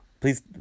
Please